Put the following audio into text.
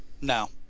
No